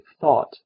thought